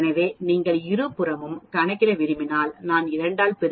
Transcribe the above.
எனவே நீங்கள் இருபுறமும் கணக்கிட விரும்பினால் நான் 2 ஆல் பெருக்கவும்